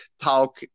talk